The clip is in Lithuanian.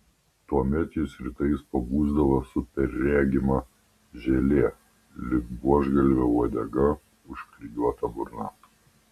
tuomet jis rytais pabusdavo su perregima želė lyg buožgalvio uodega užklijuota burna